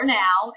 now